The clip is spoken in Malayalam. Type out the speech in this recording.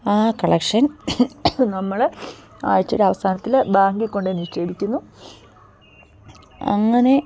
ആ കളക്ഷൻ നമ്മള് ആഴ്ചയുടെ അവസാനത്തില് ബാങ്കില് കൊണ്ടുപോയി നിക്ഷേപിക്കുന്നു അങ്ങനെ